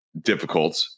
difficult